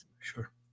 Sure